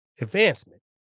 advancement